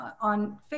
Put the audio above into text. on